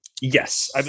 Yes